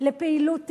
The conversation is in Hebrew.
לפעילות טרור,